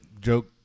joke